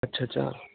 ਅੱਛਾ ਅੱਛਾ